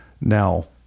Now